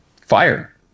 fire